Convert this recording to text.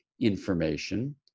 information